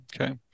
Okay